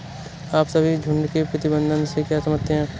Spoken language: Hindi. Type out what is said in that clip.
आप सभी झुंड के प्रबंधन से क्या समझते हैं?